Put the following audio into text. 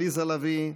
עליזה לביא,